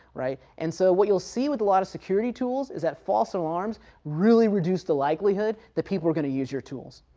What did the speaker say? right. and so what you'll see with a lot of security tools, is that false alarms really reduce the likelihood that people are going to use your tools,